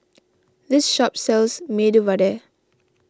this shop sells Medu Vada